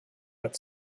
but